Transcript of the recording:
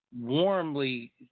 warmly